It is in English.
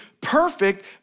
perfect